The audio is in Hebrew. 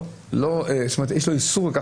יש עליו איסור.